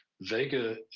Vega